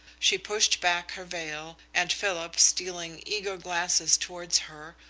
she pushed back her veil, and philip, stealing eager glances towards her,